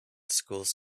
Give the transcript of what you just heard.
schools